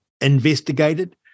investigated